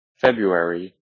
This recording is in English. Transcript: February